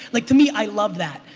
like to me, i love that.